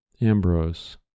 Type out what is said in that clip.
Ambrose